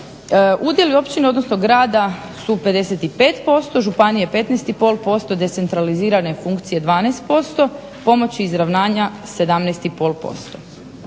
udjeli općine, odnosno grada su 55%, županije 15,5%, decentralizirane funkcije 12%, pomoći izravnanja 17,5%.